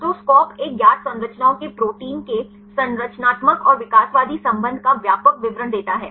तो SCOP एक ज्ञात संरचनाओं के प्रोटीन के संरचनात्मक और विकासवादी संबंध का व्यापक विवरण देता है